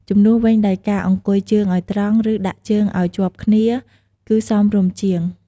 ជំនួសវិញដោយការ អង្គុយជើងឲ្យត្រង់ ឬដាក់ជើងអោយជាប់គ្នា គឺសមរម្យជាង។